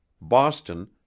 Boston